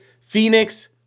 Phoenix